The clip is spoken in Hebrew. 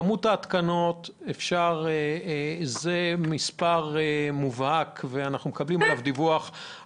כמות ההתקנות זה מספר מובהק שאנחנו מקבלים עליו דיווח,